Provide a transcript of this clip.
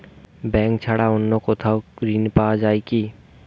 Bank ছাড়া অন্য কোথাও ঋণ পাওয়া যায় কি?